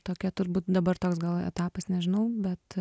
tokia turbūt dabar toks gal etapas nežinau bet